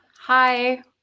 hi